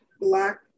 Black